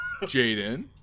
Jaden